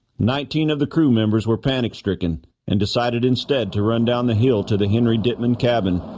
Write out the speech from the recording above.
nineteen of the crew members were panic-stricken and decided instead to run down the hill to the henry ditman cabin,